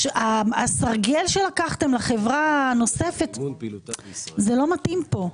הסרגל שלקחתם לחברה הנוספת, זה לא מתאים כאן.